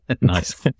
Nice